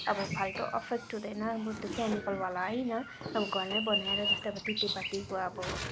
अब फाल्टो इफेक्ट हुँदैन केमिकलवाला होइन अब घरमै बनाएर जस्तै अब तितेपातिको अब